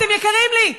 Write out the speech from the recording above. אתם יקרים לי,